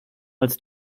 als